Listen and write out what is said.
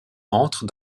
entre